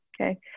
okay